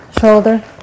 shoulder